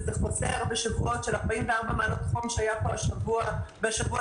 זה חוזר בשבועות של 44 מעלות חום כפי שהיה פה בשבוע שעבר.